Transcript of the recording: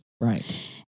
Right